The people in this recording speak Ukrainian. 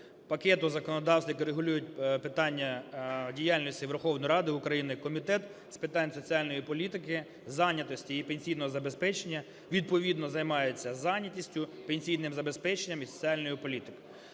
пакету законодавств, яке регулює питання діяльності Верховної Ради України, Комітет з питань соціальної політики, зайнятості і пенсійного забезпечення відповідно займається зайнятістю, пенсійним забезпеченням і соціальною політикою.